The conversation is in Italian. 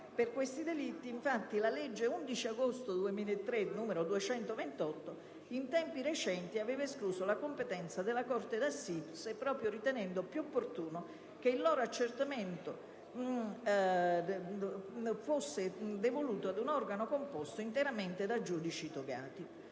Per questi delitti, infatti, la legge 11 agosto 2003, n. 228, in tempi recenti aveva escluso la competenza della corte d'assise proprio ritenendo più opportuno che il loro accertamento fosse devoluto ad un organo composto interamente da giudici togati.